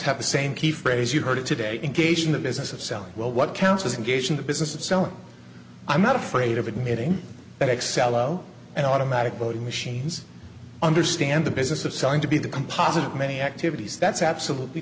have the same key phrase you heard today engage in the business of selling well what counts as a gauge in the business of selling i'm not afraid of admitting that excello and automatic voting machines understand the business of selling to be the composite of many activities that's absolutely